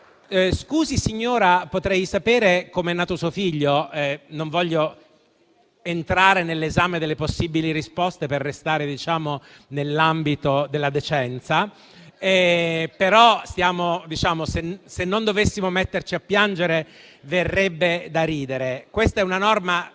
«Scusi, signora, potrei sapere com'è nato suo figlio?». E non voglio entrare nell'esame delle possibili risposte, per restare nell'ambito della decenza, però, se non dovessimo metterci a piangere, ci verrebbe da ridere. Questa è una norma